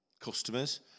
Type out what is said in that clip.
customers